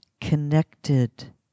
connected